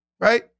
right